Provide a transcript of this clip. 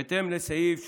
בהתאם לסעיף 31(א)